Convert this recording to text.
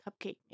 cupcake